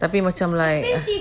tapi macam like